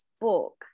book